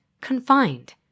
confined